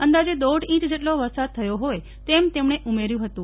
અંદાજે દોઢ ઈચ જેટલો વરસાદ થયો હોય તેમ તેમણે ઉમેર્યું હતું